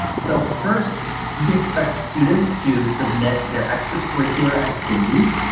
so first you can expect students to submit their extracurricular activities.